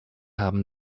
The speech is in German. haben